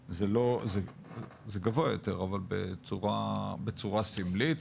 זה גבוה יותר אבל בצורה סמלית,